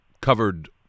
covered